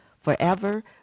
forever